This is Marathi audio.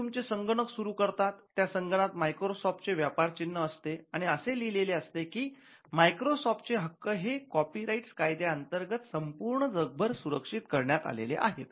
तुम्ही तुमचे संगणक सुरू करतात त्या संगणकात मायक्रोसॉफ्ट चे व्यापार चिन्ह असते आणि असे लिहिलेले असते की मायक्रोसॉफ्ट चे हक्क हे कॉपीराइट्स कायद्या अंतर्गत संपूर्ण जगभर सुरक्षित करण्यात आलेले आहेत